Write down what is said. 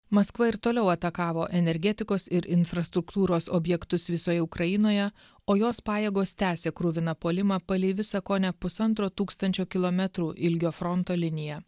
maskva ir toliau atakavo energetikos ir infrastruktūros objektus visoje ukrainoje o jos pajėgos tęsė kruviną puolimą palei visą kone pusantro tūkstančio kilometrų ilgio fronto liniją